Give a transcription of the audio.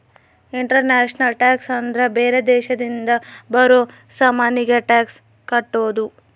international tax ಅಂದ್ರ ಬೇರೆ ದೇಶದಿಂದ ಬರೋ ಸಾಮಾನಿಗೆ ಟ್ಯಾಕ್ಸ್ ಕಟ್ಟೋದು